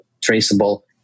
traceable